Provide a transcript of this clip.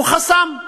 הוא חסם,